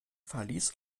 verlies